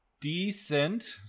Decent